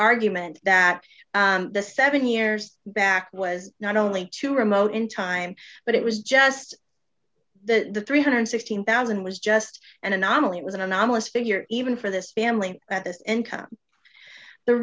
argument that the seven years back was not only too remote in time but it was just the three hundred and sixteen thousand was just an anomaly it was an anomalous figure even for this family at this income the